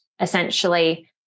essentially